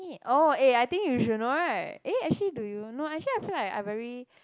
oh eh I think you should know right eh actually do you no actually I feel like I very